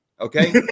Okay